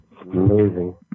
Amazing